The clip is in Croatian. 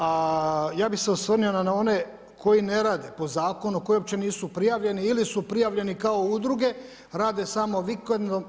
A ja bih se osvrnuo na one koji ne rade po zakonu, koji uopće nisu prijavljeni ili su prijavljeni kao udruge, rade samo vikendom.